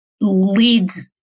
leads